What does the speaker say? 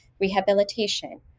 rehabilitation